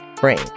brain